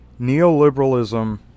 neoliberalism